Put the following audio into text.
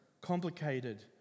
complicated